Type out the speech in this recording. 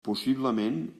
possiblement